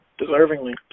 deservingly